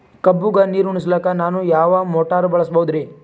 ಕಬ್ಬುಗ ನೀರುಣಿಸಲಕ ನಾನು ಯಾವ ಮೋಟಾರ್ ಬಳಸಬಹುದರಿ?